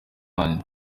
wanjye